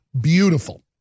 Beautiful